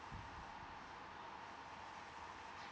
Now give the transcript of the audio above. oh